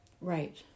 Right